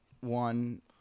one